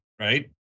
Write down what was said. right